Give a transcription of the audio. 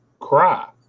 cry